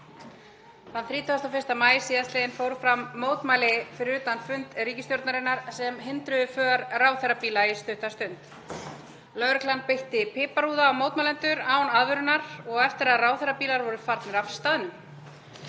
Þann 31. maí síðastliðinn fóru fram mótmæli fyrir utan fund ríkisstjórnarinnar sem hindruðu för ráðherrabíla í stutta stund. Lögreglan beitti piparúða á mótmælendur án aðvörunar og eftir að ráðherrabílar voru farnir af staðnum.